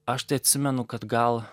aš tai atsimenu kad gal